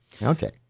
Okay